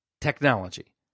technology